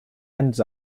ends